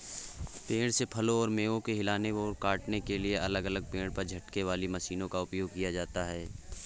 पेड़ से फलों और मेवों को हिलाने और काटने के लिए अलग अलग पेड़ पर झटकों वाली मशीनों का उपयोग किया जाता है